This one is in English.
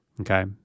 Okay